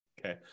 okay